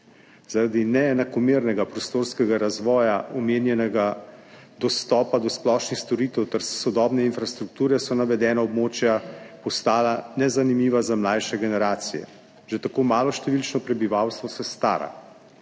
Zaradi neenakomernega prostorskega razvoja, omenjenega dostopa do splošnih storitev ter sodobne infrastrukture, so navedena območja postala nezanimiva za mlajše generacije. Že tako maloštevilčno prebivalstvo se stara.